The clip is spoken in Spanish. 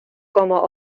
como